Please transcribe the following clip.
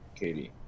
Katie